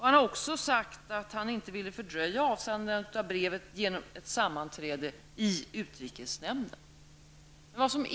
Han har också sagt att han inte ville fördröja avsändandet av brevet genom ett sammanträde i utrikesnämnden.